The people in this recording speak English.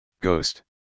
ghost